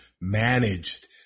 managed